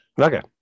Okay